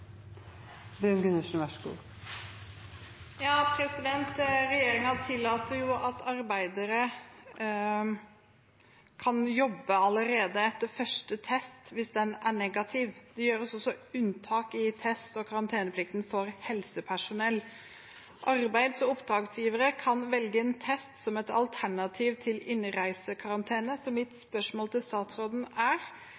negativ. Det gjøres også unntak fra test- og karanteneplikten for helsepersonell. Arbeids- og oppdragsgivere kan velge en test som et alternativ til innreisekarantene. Mitt